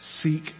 seek